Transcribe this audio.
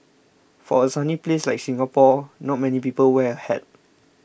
for a sunny place like Singapore not many people wear a hat